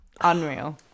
unreal